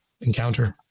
encounter